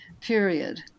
period